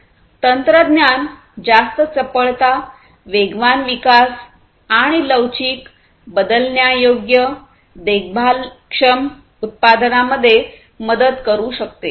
तंत्रज्ञान जास्त चपळता वेगवान विकास आणि लवचिक बदलण्यायोग्य देखभालक्षम उत्पादनांमध्ये मदत करू शकते